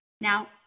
Now